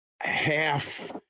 half